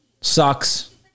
sucks